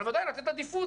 אבל ודאי לתת עדיפות.